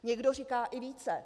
Někdo říká i více.